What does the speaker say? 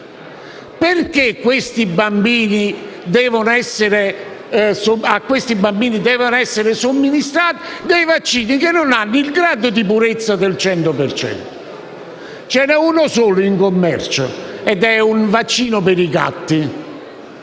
Perché a questi bambini devono essere somministrati vaccini che non hanno il grado di purezza del 100 per cento? Ce ne è uno solo in commercio ed è un vaccino per i gatti